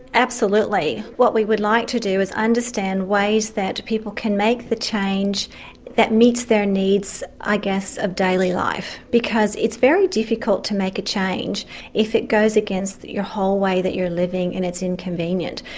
absolutely. what we would like to do is understand ways that people can make the change that meets their needs i guess of daily life. because it's very difficult to make a change if it goes against the whole way that you're living and it's inconvenient.